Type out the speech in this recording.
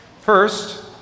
First